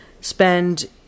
spend